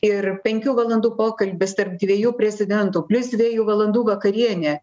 ir penkių valandų pokalbis tarp dviejų prezidentų plius dviejų valandų vakarienė